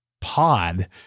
pod